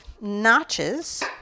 notches